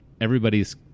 everybody's